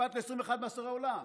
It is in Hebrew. נשפט ל-21 מאסרי עולם.